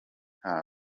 nta